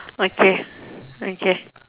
okay okay